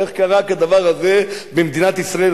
איך קרה כדבר הזה במדינת ישראל?